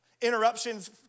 interruptions